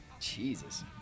Jesus